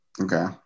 Okay